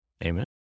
Amen